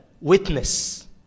witness